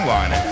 one